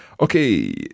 Okay